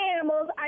animals